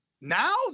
Now